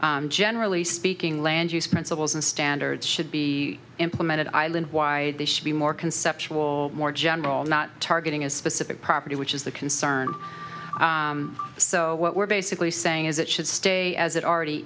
language generally speaking land use principles and standards should be implemented island wide they should be more conceptual more general not targeting a specific property which is the concern so what we're basically saying is it should stay as it already